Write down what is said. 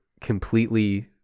completely